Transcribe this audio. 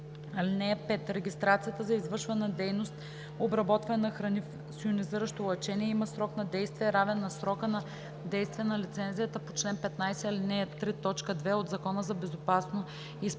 й. (5) Регистрацията за извършване на дейност „обработване на храни с йонизиращо лъчение“ има срок на действие, равен на срока на действие на лицензията по чл. 15, ал. 3, т. 2 от Закона за безопасно използване